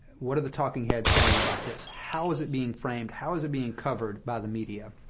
what are the talking heads saying about this? how is it being framed? how is it being covered by the media?